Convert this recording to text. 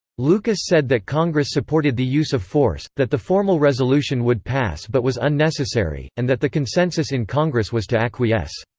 lucas said that congress supported the use of force, that the formal resolution would pass but was unnecessary, and that the consensus in congress was to acquiesce.